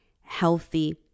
healthy